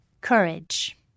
Courage